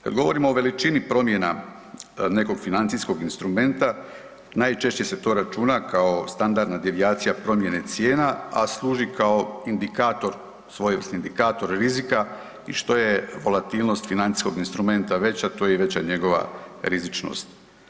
Kad govorimo o veličini promjena nekog financijskog instrumenta najčešće se to računa kao standardna devijacija promjene cijena, a služi kao indikator svojevrsni indikator rizika i što je volatilnost financijskog instrumenta veća to je i veća njegova rizičnost.